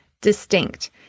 distinct